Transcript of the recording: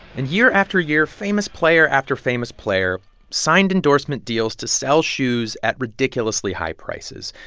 and year after year, famous player after famous player signed endorsement deals to sell shoes at ridiculously high prices.